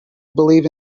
believe